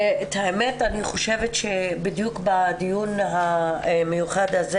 אני חושבת שבדיוק בדיון המיוחד הזה